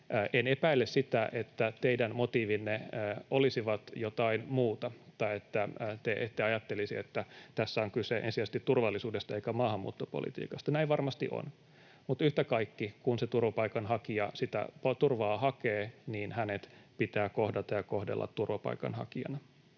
En epäile sitä, että teidän motiivinne olisivat jotain muuta tai että te ette ajattelisi, että tässä on kyse ensisijaisesti turvallisuudesta eikä maahanmuuttopolitiikasta. Näin varmasti on, mutta yhtä kaikki, kun se turvapaikanhakija sitä turvaa hakee, niin hänet pitää kohdata ja häntä kohdella turvapaikanhakijana.